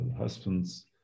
husbands